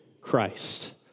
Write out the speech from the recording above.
Christ